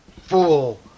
fool